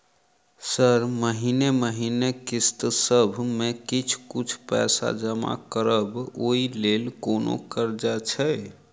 Sir महीने महीने किस्तसभ मे किछ कुछ पैसा जमा करब ओई लेल कोनो कर्जा छैय?